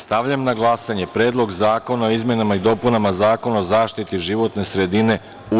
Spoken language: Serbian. Stavljam na glasanje Predlog zakona o izmenama i dopunama Zakona o zaštiti životne sredine, u